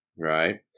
Right